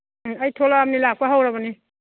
ꯎꯝ ꯑꯩ ꯊꯣꯛꯂꯛꯑꯕꯅꯤ ꯂꯥꯛꯄ ꯍꯧꯔꯕꯅꯤ